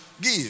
give